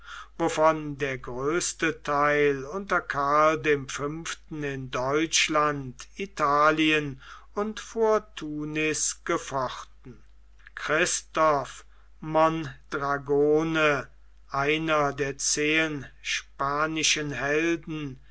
wovon der größte theil unter karl dem fünften in deutschland italien und vor tunis gefochten christoph mondragone einer der zehen spanischen helden